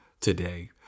today